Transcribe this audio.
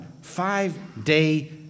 five-day